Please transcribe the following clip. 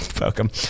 Welcome